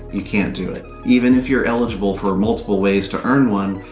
you can't do it. even if your eligible for multiple ways to earn one,